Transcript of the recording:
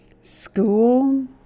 school